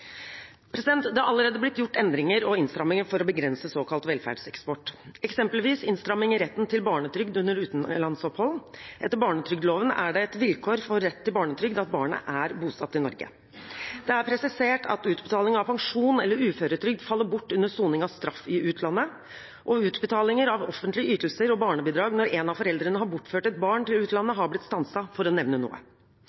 Det har allerede blitt gjort endringer og innstramminger for å begrense såkalt velferdseksport, eksempelvis innstramming i retten til barnetrygd under utenlandsopphold. Etter barnetrygdloven er det et vilkår for rett til barnetrygd at barnet er bosatt i Norge. Det er presisert at utbetaling av pensjon eller uføretrygd faller bort under soning av straff i utlandet. Utbetalinger av offentlige ytelser og barnebidrag når en av foreldrene har bortført et barn til utlandet,